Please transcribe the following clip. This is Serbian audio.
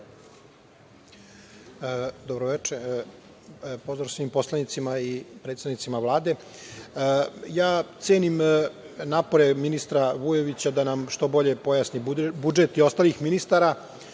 Dobro veče, pozdrav svim poslanicima i predstavnicima Vlade. Cenim napore ministra Vujovića da nam što bolje pojasni budžet i ostalih ministara